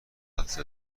حدس